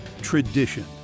tradition